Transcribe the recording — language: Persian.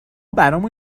برامون